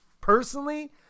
personally